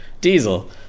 Diesel